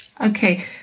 Okay